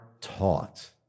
taught